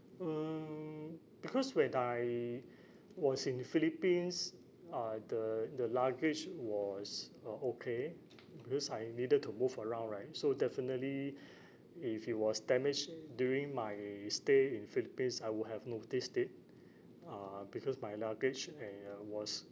um because when I was in the philippines uh the the luggage was uh okay because I needed to move around right so definitely if it was damaged during my stay in philippines I would have noticed it uh because my luggage a~ uh was